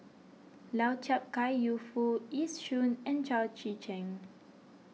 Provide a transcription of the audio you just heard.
Lau Chiap Khai Yu Foo Yee Shoon and Chao Tzee Cheng